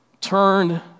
turned